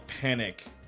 panic